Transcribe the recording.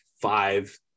five